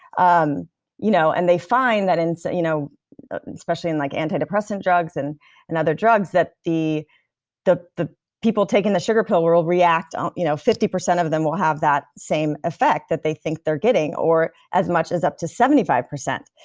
um you know and they find that in, so you know especially in in like antidepressant drugs and and other drugs, that the the people taking the sugar pill will react. um you know fifty percent of them will have that same effect that they think they're getting, or as much as up to seventy five percent,